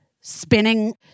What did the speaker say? spinning